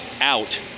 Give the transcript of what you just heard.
Out